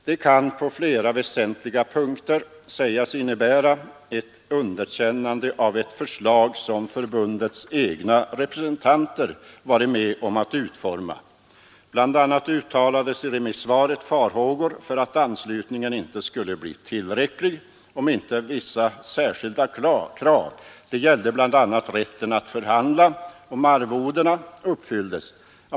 Det kan på flera väsentliga punkter sägas innebära ett underkännande av ett förslag som förbundets egna representanter varit med om att utforma. Bl. a. uttalades i remissvaret farhågor för att anslutningen inte skulle bli tillräcklig, om inte vissa särskilda krav — det gällde bl.a. rätten att förhandla om arvodena — uppfylldes.